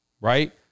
right